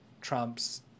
Trump's